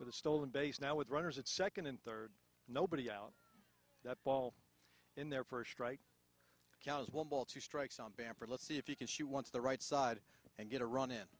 with a stolen base now with runners at second and third nobody out that ball in their first strike two strikes on ban for let's see if you can she wants the right side and get a run in